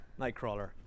Nightcrawler